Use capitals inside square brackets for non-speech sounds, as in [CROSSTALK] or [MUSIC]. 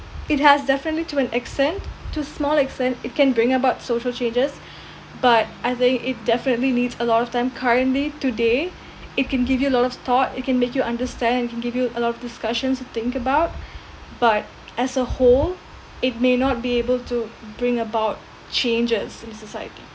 it has definitely to an extent to small extent it can bring about social changes [BREATH] but I think it definitely needs a lot of time currently today [BREATH] it can give you a lot of thought it can make you understand it can give you a lot of discussions to think about [BREATH] but as a whole it may not be able to bring about changes in society